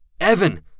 Evan